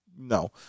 no